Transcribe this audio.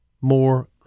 more